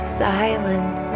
silent